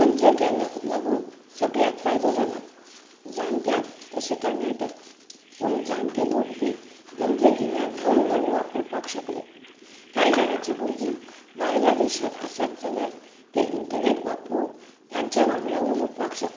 तंत्रज्ञानाक लागून सगळ्यांक फायदो जाला जाणट्यांक तशें तरणाट्यांक जाणटे लोक बी तंत्रगिज्ञान हळू हळू वापरपाक शकले कांय जाणांचीं भुरगीं भायल्या देशांत आसत जाल्यार ते इंटर्नेट वापरून तांच्या वांगडा उलोवपाक शकतात